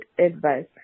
advice